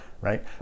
Right